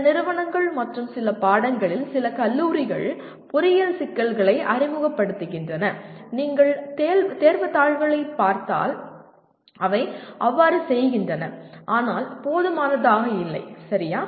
சில நிறுவனங்கள் மற்றும் சில பாடங்களில் சில கல்லூரிகள் பொறியியல் சிக்கல்களை அறிமுகப்படுத்துகின்றன நீங்கள் தேர்வுத் தாள்களைப் பார்த்தால் அவை அவ்வாறு செய்கின்றன ஆனால் போதுமானதாக இல்லை சரியா